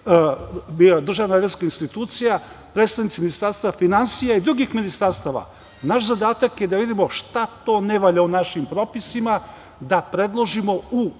za finansije, DRI, predstavnici Ministarstva finansija i drugih ministarstava. Naš zadatak je da vidimo šta to ne valja u našim propisima da predložimo u